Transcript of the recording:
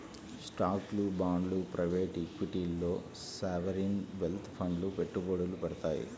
స్టాక్లు, బాండ్లు ప్రైవేట్ ఈక్విటీల్లో సావరీన్ వెల్త్ ఫండ్లు పెట్టుబడులు పెడతాయి